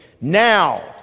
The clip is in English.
Now